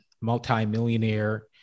multi-millionaire